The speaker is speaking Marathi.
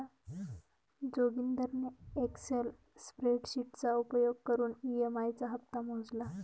जोगिंदरने एक्सल स्प्रेडशीटचा उपयोग करून ई.एम.आई चा हप्ता मोजला